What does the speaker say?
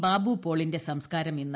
ബാബുപോളിന്റെ സംസ്കാരം ഇന്ന്